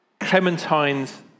clementines